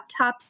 laptops